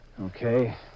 Okay